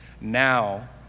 Now